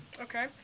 Okay